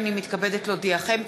הנני מתכבדת להודיעכם,